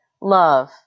love